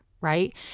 right